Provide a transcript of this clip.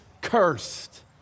cursed